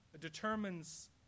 determines